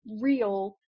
real